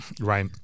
Right